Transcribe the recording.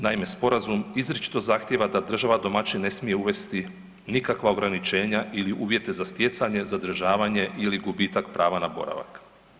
Naime, sporazum izričito zahtjeva da država domaćin ne smije uvesti nikakva ograničenja ili uvjete za stjecanje, zadržavanje ili gubitak prava na boravak.